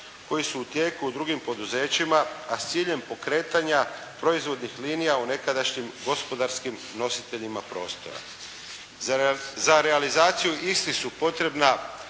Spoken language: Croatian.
koji su u tijeku u drugim poduzećima, a s ciljem pokretanja proizvodnih linija u nekadašnjim gospodarskim nositeljima prostora. Za realizaciju istih su potrebna